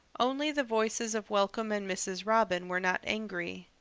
only the voices of welcome and mrs. robin were not angry.